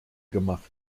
gemacht